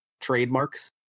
trademarks